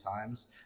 times